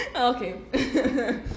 Okay